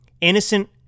innocent